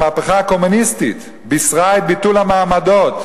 המהפכה הקומוניסטית בישרה את ביטול המעמדות,